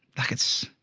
like it's